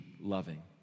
loving